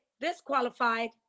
Disqualified